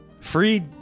Free